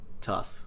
tough